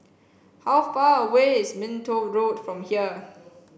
how far away is Minto Road from here